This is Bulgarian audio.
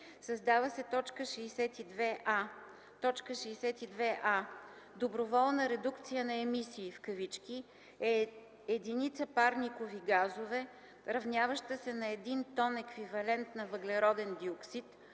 създава се т. 62а: „62а. „Доброволна редукция на емисии” е единица парникови газове, равняваща се на един тон еквивалент на въглероден диоксид,